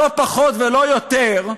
לא פחות ולא יותר,